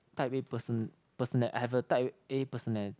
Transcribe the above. type A person person I have a type A personality